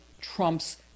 Trump's